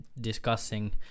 Discussing